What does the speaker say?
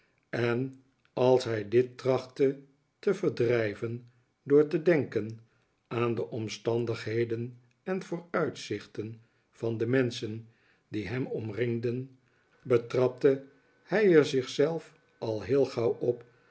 en als hij dit trachtte te verdrijven door te denken aan de omstandigheden en vooruitzichten van de menschen die hem omringden betrapte hij er zich zelf al heel gauw op